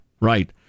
right